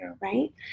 Right